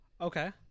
Okay